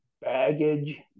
baggage